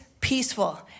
peaceful